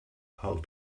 how